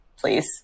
please